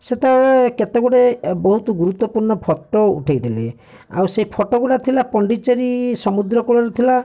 ସେତେବେଳେ କେତେ ଗୁଡ଼ିଏ ବହୁତ ଗୁରୁତ୍ୱପୂର୍ଣ୍ଣ ଫଟୋ ଉଠାଇଥିଲି ଆଉ ସେ ଫଟୋ ଗୁଡ଼ା ଥିଲା ପଣ୍ଡିଚେରୀ ସମୁଦ୍ରକୂଳରେ ଥିଲା